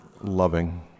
loving